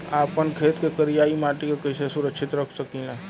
आपन खेत के करियाई माटी के कइसे सुरक्षित रख सकी ला?